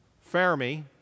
Fermi